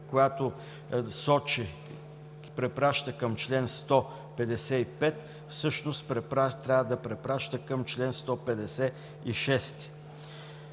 която препраща към чл. 155, всъщност трябва да препраща към чл. 156.